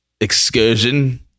excursion